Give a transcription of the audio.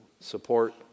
support